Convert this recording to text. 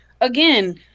again